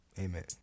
Amen